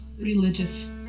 religious